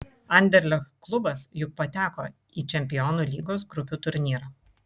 anderlecht klubas juk pateko į čempionų lygos grupių turnyrą